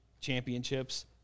championships